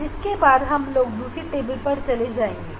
जिसके बाद हम लोग दूसरी टेबल पर चले जाएंगे